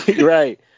Right